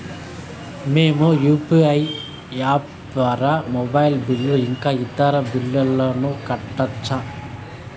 మేము UPI app ద్వారా mobile bill ఇంకా ఇతర బిల్లులను కట్టొచ్చు